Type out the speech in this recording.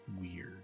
weird